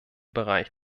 bereich